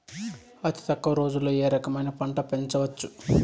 అతి తక్కువ రోజుల్లో ఏ రకమైన పంట పెంచవచ్చు?